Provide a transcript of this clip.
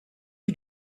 you